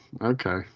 okay